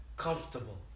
Comfortable